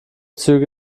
züge